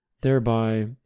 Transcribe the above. thereby